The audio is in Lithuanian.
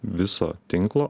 viso tinklo